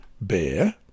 Bear